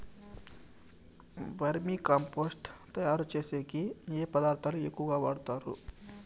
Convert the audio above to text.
వర్మి compost తయారుచేసేకి ఏ పదార్థాలు ఎక్కువగా వాడుతారు